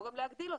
או גם להגדיל אותן,